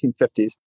1950s